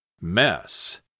Mess